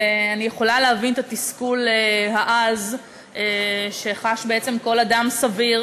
אני יכולה להבין את התסכול העז שחש בעצם כל אדם סביר